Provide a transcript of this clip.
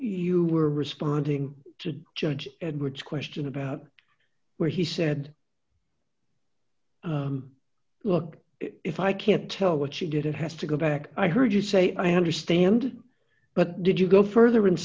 you were responding to judge edwards question about where he said look if i can't tell what she did it has to go back i heard you say i understand but did you go further and